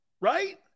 right